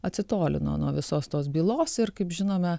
atsitolino nuo visos tos bylos ir kaip žinome